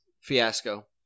fiasco